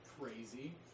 crazy